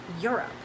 Europe